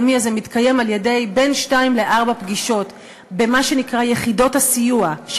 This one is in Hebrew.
מתקיים על-ידי שתיים עד ארבע פגישות במה שנקרא יחידות הסיוע,